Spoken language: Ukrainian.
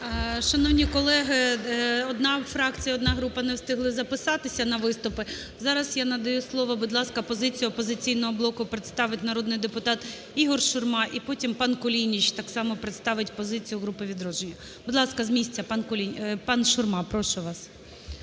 Шановні колеги, одна фракція, одна група не встигли записатися на виступи. Зараз я надаю слово, будь ласка, позицію "Опозиційного блоку" представить народний депутат Ігор Шурма. І потім пан Кулініч так само представить позицію групи "Відродження". Будь ласка, з місця. Пан Шурма, прошу вас.